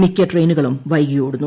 മിക്ക ട്രെയിനുകളും വൈകി ഓടുന്നു